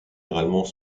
généralement